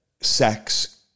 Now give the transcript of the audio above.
sex